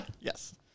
Yes